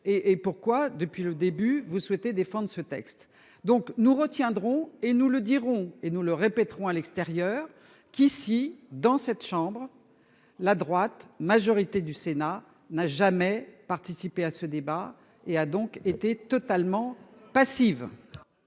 et pourquoi depuis le début vous souhaitez défendent ce texte donc nous retiendrons et nous le diront et nous le répéterons à l'extérieur qu'ici dans cette chambre. La droite, majorité du Sénat n'a jamais participé à ce débat et a donc été totalement passive.